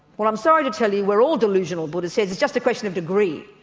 well i'm sorry to tell you we're all delusional buddhists here, it's just a question of degree,